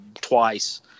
twice